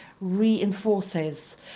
reinforces